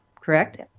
correct